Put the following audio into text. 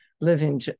living